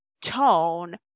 tone